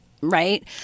right